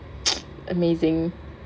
amazing